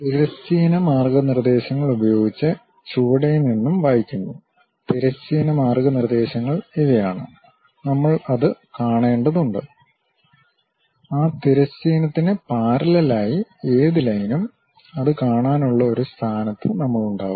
തിരശ്ചീന മാർഗ്ഗനിർദ്ദേശങ്ങൾ ഉപയോഗിച്ച് ചുവടെ നിന്നും വായിക്കുന്നു തിരശ്ചീന മാർഗ്ഗനിർദ്ദേശങ്ങൾ ഇവയാണ്നമ്മൾ അത് കാണേണ്ടതുണ്ട് ആ തിരശ്ചീനത്തിന് പാരല്ലെൽ ആയി ഏത് ലൈനും അത് കാണാനുള്ള ഒരു സ്ഥാനത്ത് നമ്മൾ ഉണ്ടാകും